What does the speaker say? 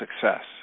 Success